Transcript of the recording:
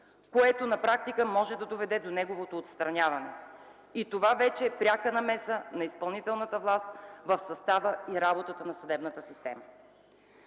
което на практика може да доведе до неговото отстраняване, и това вече е пряка намеса на изпълнителната власт в състава и работата на съдебната система.